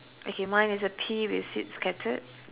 okay mine is a pea with seeds scattered